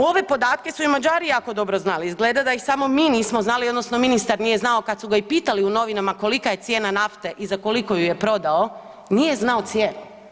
Ovi podatke su i Mađari jako dobro znali, izgleda da ih samo mi nismo znali odnosno ministar nije znao, kad su ga i pitali u novinama kolika je cijena nafte i za koliko ju je prodao, nije znao cijenu.